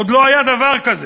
עוד לא היה דבר כזה